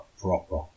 proper